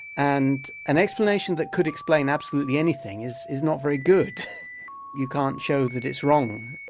and an explanation that could explain absolutely anything is is not very good you can't show that it's wrong.